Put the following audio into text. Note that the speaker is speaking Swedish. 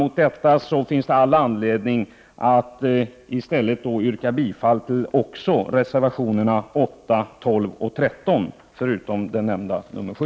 Med tanke på detta finns det all anledning att i stället yrka bifall också till reservationerna 8, 12 och 13 förutom den redan nämnda nr 7.